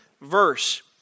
verse